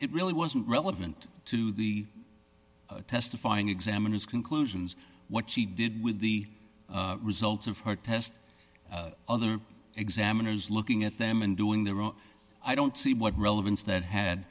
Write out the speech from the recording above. it really wasn't relevant to the testifying examiners conclusions what she did with the results of her test other examiners looking at them and doing their own i don't see what relevance that had